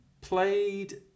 played